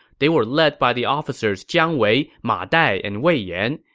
they were led by the officers jiang wei, ma dai, and wei yan.